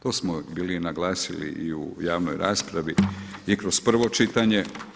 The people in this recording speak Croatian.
To smo bili naglasili i u javnoj raspravi i kroz prvo čitanje.